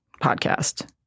podcast